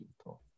people